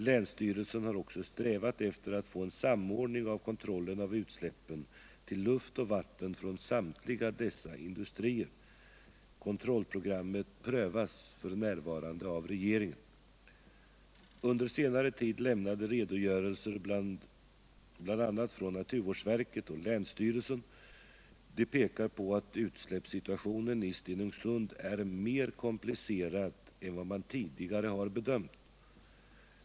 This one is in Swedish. Länsstyrelsen har också strävat efter att få en samordning av kontrollen av utsläppen till luft och vatten från samtliga dessa industrier. Kontrollprogrammet prövas f. n. av regeringen. Under senare tid lämnade redogörelser, bl.a. från naturvårdsverket och länsstyrelsen, pekar på att utsläppssituationen i Stenungsund är mer komplicerad än vad man tidigare har bedömt.